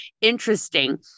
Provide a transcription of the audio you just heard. interesting